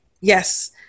yes